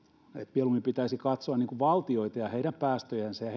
mieluummin pitäisi katsoa valtioita ja niiden päästöjä ja